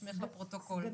ושמך לפרוטוקול.